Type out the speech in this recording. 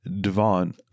Devon